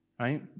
right